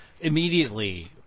immediately